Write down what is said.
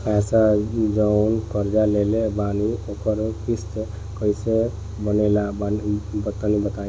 पैसा जऊन कर्जा लेले बानी ओकर किश्त कइसे बनेला तनी बताव?